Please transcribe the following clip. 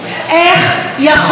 יש תקצוב, אין כסף.